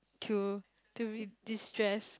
to to re~ destress